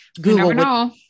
Google